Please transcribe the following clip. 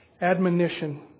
admonition